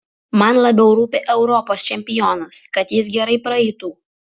man labiau rūpi europos čempionas kad jis gerai praeitų